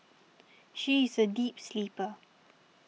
she is a deep sleeper